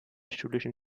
schulischen